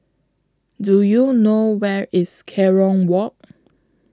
Do YOU know Where IS Kerong Walk